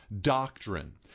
doctrine